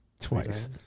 Twice